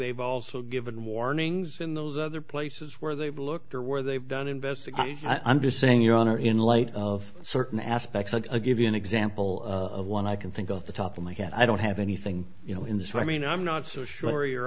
they've also given warnings in those other places where they've looked or where they've done investigating i'm just saying your honor in light of certain aspects of a given example of one i can think off the top of my head i don't have anything you know in this i mean i'm not so sure your